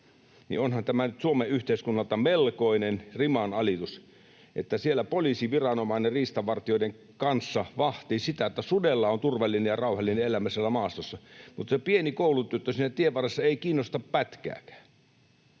onhan tämä nyt Suomen yhteiskunnalta melkoinen rimanalitus, että poliisiviranomainen riistanvartijoiden kanssa vahtii sitä, että sudella on turvallinen ja rauhallinen elämä siellä maastossa, mutta se pieni koulutyttö siinä tienvarressa ei kiinnosta pätkääkään